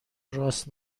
راست